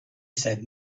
said